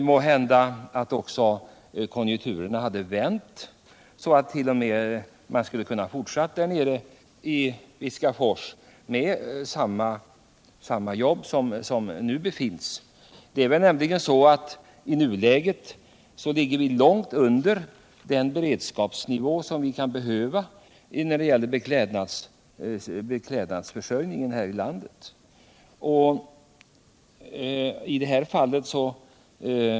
Måhända hade då också konjunkturerna hunnit vända, så att man t.o.m. hade kunnat fortsätta verksamheten i Viskafors. Det är nämligen så att vi i nuläget ligger långt under den beredskapsnivå för beklädnadsförsörjningen som vi behöver här i landet.